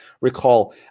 recall